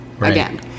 Again